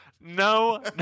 no